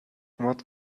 what